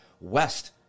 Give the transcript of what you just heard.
west